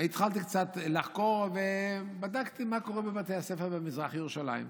התחלתי קצת לחקור ובדקתי מה קורה בבתי הספר במזרח ירושלים.